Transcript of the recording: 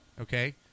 okay